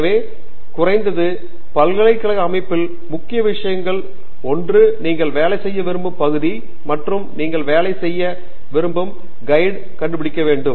எனவே குறைந்தது பல்கலைக்கழக அமைப்பில் முக்கிய விஷயங்களில் ஒன்று நீங்கள் வேலை செய்ய விரும்பும் பகுதி மற்றும் நீங்கள் வேலை செய்ய விரும்பும் கைடு கண்டுபிடிக்க வேண்டும்